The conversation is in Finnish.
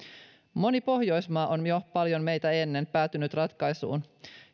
moni pohjoismaa on jo paljon meitä ennen päätynyt ratkaisuun